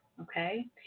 okay